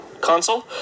console